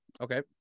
okay